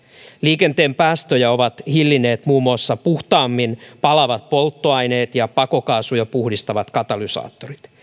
liikenteen päästöjä ovat hillinneet muun muassa puhtaammin palavat polttoaineet ja pakokaasuja puhdistavat katalysaattorit